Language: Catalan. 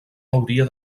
hauria